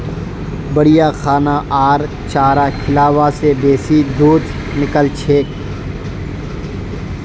बढ़िया खाना आर चारा खिलाबा से बेसी दूध निकलछेक